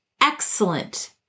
excellent